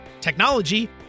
technology